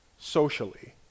socially